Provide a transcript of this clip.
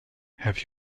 have